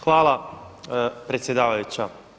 Hvala predsjedavajuća.